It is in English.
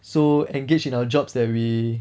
so engaged in our jobs that we